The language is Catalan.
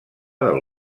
del